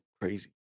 crazy